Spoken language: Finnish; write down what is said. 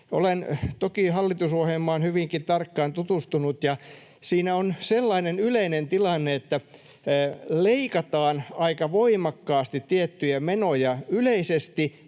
Olen toki hallitusohjelmaan hyvinkin tarkkaan tutustunut, ja siinä on sellainen yleinen tilanne, että leikataan aika voimakkaasti tiettyjä menoja yleisesti